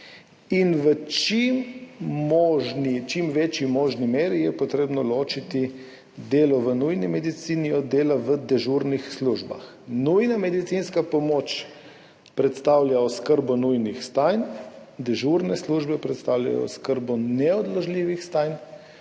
v čim večji možni meri je potrebno ločiti delo v nujni medicini od dela v dežurnih službah. Nujna medicinska pomočpredstavlja oskrbo nujnih stanj, dežurne službe predstavljajo oskrbo neodložljivih stanj,